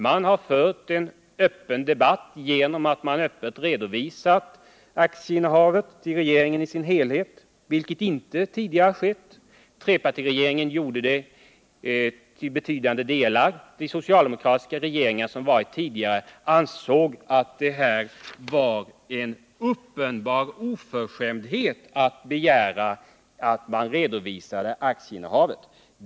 Man har fört en öppen debatt genom att regeringen i sin helhet öppet har redovisat sitt aktieinnehav, vilket inte har skett tidigare. Trepartiregeringen gjorde det till betydande delar. Tidigare socialdemokratiska regeringar ansåg att det var en ”uppenbar oförskämdhet” att begära en redovisning av aktieinnehav.